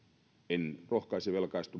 en rohkaise